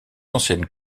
anciennes